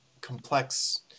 complex